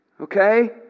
Okay